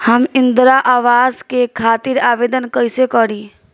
हम इंद्रा अवास के खातिर आवेदन कइसे करी?